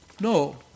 No